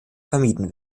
vermieden